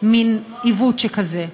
מין עיוות שכזה.